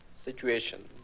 situation